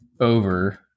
over